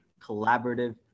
collaborative